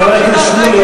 חבר הכנסת שמולי,